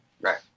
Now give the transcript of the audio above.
Right